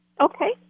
Okay